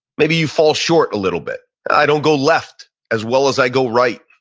maybe you fall short a little bit. i don't go left as well as i go right.